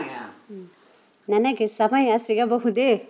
ನನಗೆ ಸಮಯ ಸಿಗಬಹುದೇ